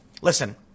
Listen